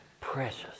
precious